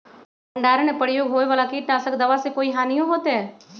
भंडारण में प्रयोग होए वाला किट नाशक दवा से कोई हानियों होतै?